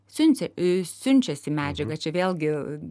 siunčia ir siunčiasi medžiagas čia vėlgi